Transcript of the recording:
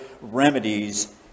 remedies